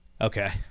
Okay